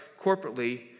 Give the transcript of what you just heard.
corporately